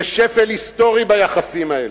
זה שפל היסטורי ביחסים האלה.